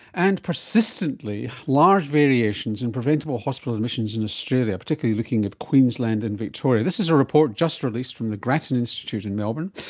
and persistently large variations in preventable hospital admissions in australia, particularly looking at queensland and victoria. this is a report just released from the grattan institute in melbourne.